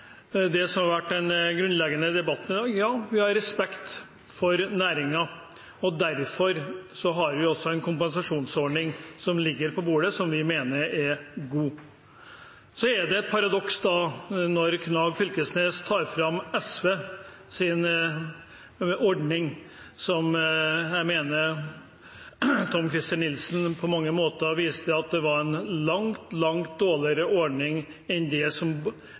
det som har vært den grunnleggende debatten i dag: Ja, vi har respekt for næringen, og derfor har vi også en kompensasjonsordning som ligger på bordet som vi mener er god. Så er det et paradoks da, når Knag Fylkesnes tar fram SVs ordning, som jeg mener Tom-Christer Nilsen på mange måter viste er en langt, langt dårligere ordning enn det som